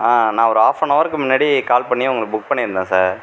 நான் ஒரு half an அவருக்கு முன்னாடி கால் பண்ணி உங்களுக்கு புக் பண்ணிருந்தேன் சார்